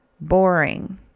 boring